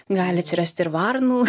gali atsirasti ir varnų